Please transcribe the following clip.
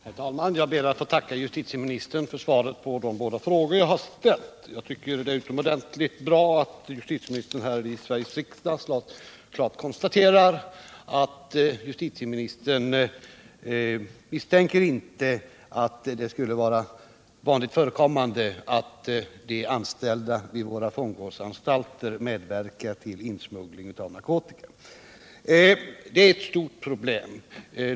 Herr talman! Jag ber att få tacka justitieministern för svaret på de båda frågor som jag har ställt. Jag tycker det är utomordentligt bra att justitieministern här i riksdagen klart uttalar att justitieministern inte misstänker att det skulle vara vanligen förekommande att anställda vid våra fångvårdsan för att förhindra stalter medverkar till insmugglig av narkotika.